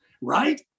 Right